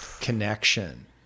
connection